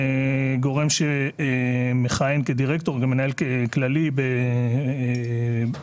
גורם שמכהן כדירקטור, וגם מנהל כללי באחר.